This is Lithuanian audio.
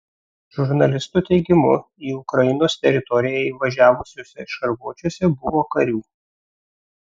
žurnalistų teigimu į ukrainos teritoriją įvažiavusiuose šarvuočiuose buvo karių